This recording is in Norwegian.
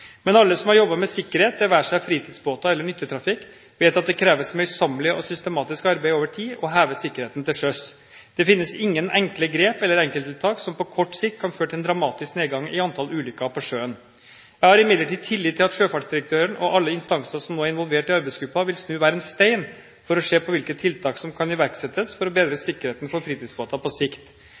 Men alle som har jobbet med sikkerhet – det være seg for fritidsbåter eller for nyttetrafikk – vet at det kreves møysommelig og systematisk arbeid over tid å heve sikkerheten til sjøs. Det finnes ingen enkle grep eller enkelttiltak som på kort sikt kan føre til en dramatisk nedgang i antall ulykker på sjøen. Jeg har imidlertid tillit til at sjøfartsdirektøren og alle instanser som nå er involvert i arbeidsgruppen, vil snu hver en stein for å se på hvilke tiltak som kan iverksettes for å bedre sikkerheten for fritidsbåter på sikt.